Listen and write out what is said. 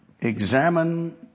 examine